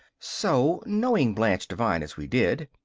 so, knowing blanche devine as we did,